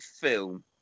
film